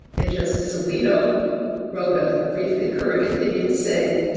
and justice alito wrote a brief concurring opinion saying,